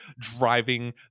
driving